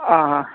ಹಾಂ ಹಾಂ